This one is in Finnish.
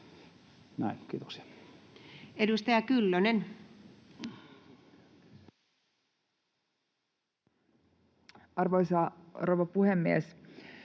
— Kiitos. Edustaja Heinonen. Arvoisa rouva puhemies!